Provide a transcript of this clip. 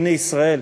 הנה ישראל,